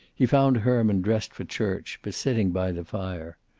he found herman dressed for church, but sitting by the fire.